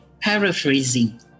paraphrasing